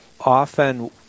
often